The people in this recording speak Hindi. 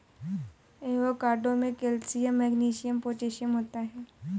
एवोकाडो में कैल्शियम मैग्नीशियम पोटेशियम होता है